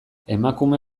emakume